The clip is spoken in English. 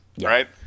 right